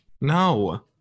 No